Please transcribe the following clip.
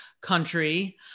country